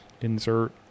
insert